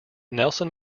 nelson